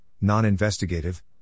non-investigative